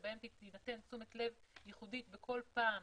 שבהם תינתן תשומת לב ייחודית בכל פעם